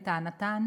לטענתן,